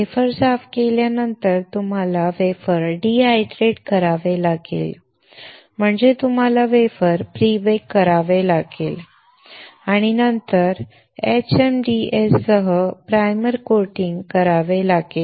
wafer साफ केल्यानंतर तुम्हाला वेफर डिहायड्रेट करावे लागेल म्हणजे तुम्हाला वेफर प्रीबेक करावे लागेल आणि नंतर HMDS सह प्राइमर कोटिंग करावे लागेल